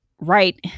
right